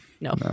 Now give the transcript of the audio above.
No